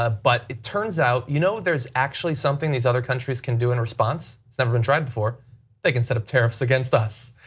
ah but it turns out you know there is actually something these other countries can do in response. it's never been tried before they can set up tariffs against us.